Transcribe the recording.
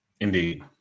Indeed